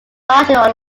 largely